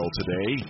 today